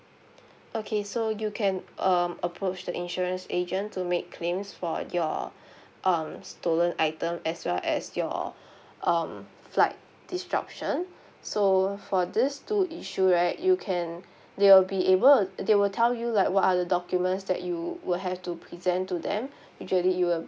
okay so you can um approach the insurance agent to make claims for your um stolen item as well as your um flight disruption so for this two issue right you can they will be able to they will tell you like what are the documents that you will have to present to them usually it will